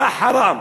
יא חראם.